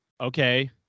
okay